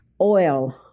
oil